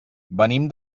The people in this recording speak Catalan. venim